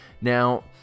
Now